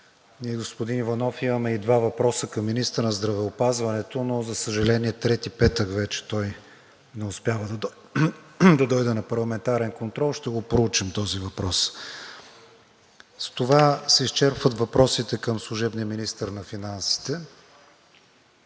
Господин Иванов, имаме два въпроса към министъра на здравеопазването, но за съжаление трети петък вече той не успява да дойде на парламентарен контрол. Ще го проучим този въпрос. С това се изчерпват въпросите към служебния министър на финансите.